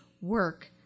work